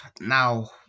now